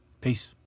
Peace